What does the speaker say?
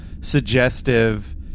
suggestive